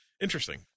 interesting